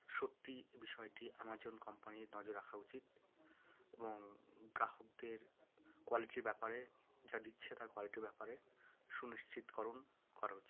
সত্যিই বিষয়টি অ্যামাজন কোম্পানির নজর রাখা উচিত এবং গ্রাহকদের কোয়ালিটির ব্যাপারে যা দিচ্ছে তার কোয়ালিটির ব্যাপারে সুনিশ্চিতকরণ করা উচিত